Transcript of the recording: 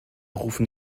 rufen